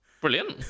Brilliant